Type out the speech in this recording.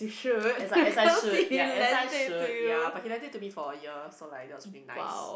as I as I should ya as I should ya but he lent it to me for a year so like that was really nice